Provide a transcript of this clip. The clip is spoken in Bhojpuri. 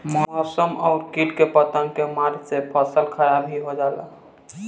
मौसम अउरी किट पतंगा के मार से फसल खराब भी हो जाला